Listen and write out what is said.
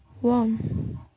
one